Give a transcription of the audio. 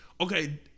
Okay